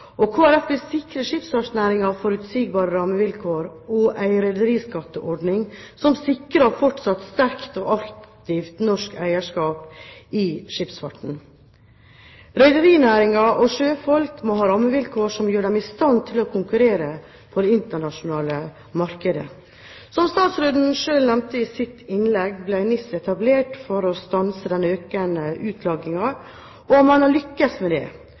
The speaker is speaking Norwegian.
vil sikre skipsfartsnæringen forutsigbare rammevilkår og en rederiskatteordning som sikrer fortsatt sterkt og aktivt norsk eierskap i skipsfarten. Rederinæringen og sjøfolk må ha rammevilkår som gjør dem i stand til å konkurrere på det internasjonale markedet. Som statsråden selv nevnte i sitt innlegg, ble NIS etablert for å stanse den økende utflaggingen, og man har lyktes med det.